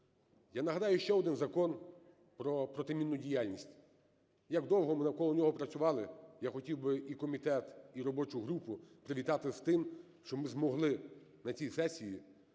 Я нагадаю ще один Закон про протимінну діяльність, як довго ми навколо нього працювали. Я хотів би і комітет, і робочу групу привітати з тим, що ми змогли на цій сесії